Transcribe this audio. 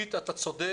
עקרונית אתה צודק.